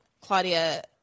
claudia